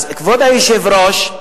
כבוד היושב-ראש,